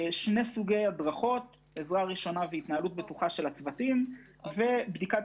הדרכת עזרה ראשונה והתנהלות בטוחה של הצוותים ובדיקת